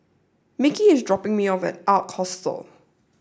Mickie is dropping me off at Ark Hostel